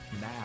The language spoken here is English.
now